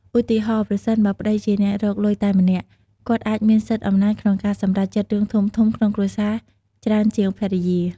ឧទាហរណ៍ ប្រសិនបើប្ដីជាអ្នករកលុយតែម្នាក់ គាត់អាចមានសិទ្ធិអំណាចក្នុងការសម្រេចចិត្តរឿងធំៗក្នុងគ្រួសារច្រើនជាងភរិយា ។